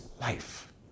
life